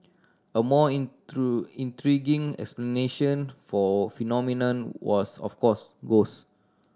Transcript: a more intriguing explanation for phenomenon was of course